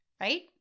Right